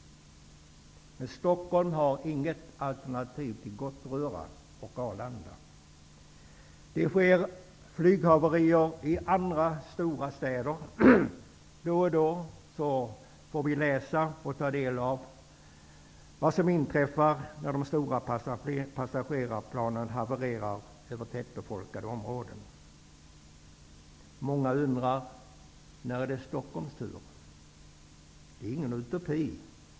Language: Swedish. Men Stockholm har inget alternativ till Gottröra och Arlanda. Flyghaverier sker i andra stora städer. Då och då får vi läsa och ta del av vad som inträffar när de stora passagerarplanen havererar i tätbefolkade områden. Många undrar när det blir Stockholms tur. Det är tyvärr ingen utopi.